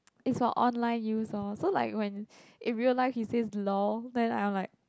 it's for online use lor so like when in real life you says lol then I'm like